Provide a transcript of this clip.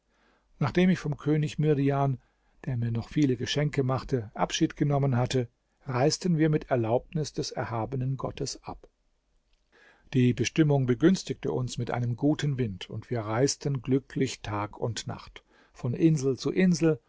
nachdem ich vom könig mihrdjan der mir noch viele geschenke machte abschied genommen hatte reisten wir mit erlaubnis des erhabenen gottes ab die bestimmung begünstigte uns mit einem guten wind und wir reisten glücklich tag und nacht von insel zu insel